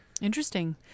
interesting